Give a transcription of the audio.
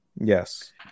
Yes